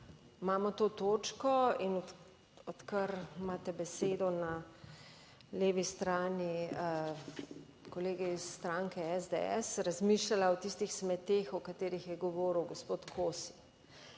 imamo to točko in odkar imate besedo na levi strani kolegi iz stranke SDS razmišljala o tistih smereh, o katerih je govoril gospod Kosi.